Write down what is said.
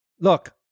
look